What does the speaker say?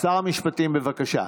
שר המשפטים, בבקשה.